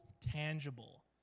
tangible